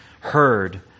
heard